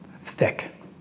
thick